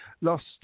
lost